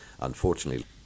unfortunately